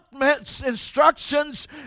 instructions